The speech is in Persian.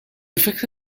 فکر